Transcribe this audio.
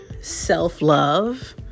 self-love